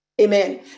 Amen